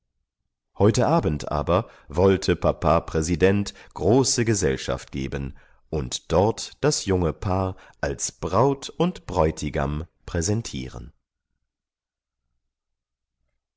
heute abend aber wollte papa präsident große gesellschaft geben und dort das junge paar als braut und bräutigam präsentieren